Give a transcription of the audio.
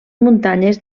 muntanyes